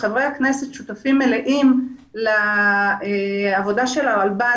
חברי הכנסת שותפים מלאים לעבודה של הרלב"ד.